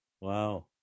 Wow